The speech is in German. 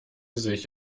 sich